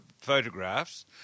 photographs